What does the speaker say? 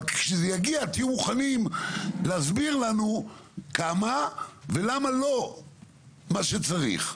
אבל כשזה יגיע תהיו מוכנים להסביר לנו כמה ולמה לא מה שצריך.